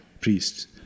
priests